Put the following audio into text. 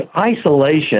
isolation